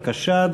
בבקשה,